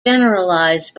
generalized